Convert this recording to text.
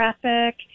traffic